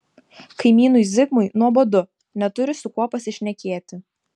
kaimynui zigmui nuobodu neturi su kuo pasišnekėti